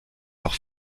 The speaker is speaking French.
leurs